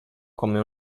come